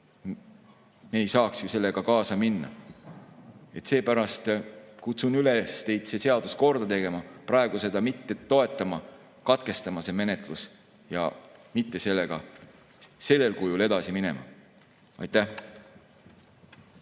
Me ei saaks ju sellega kaasa minna. Seepärast kutsun üles teid see seadus korda tegema, praegu seda mitte toetama, katkestama see menetlus ja mitte sellega sellel kujul edasi minema. Aitäh!